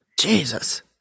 Jesus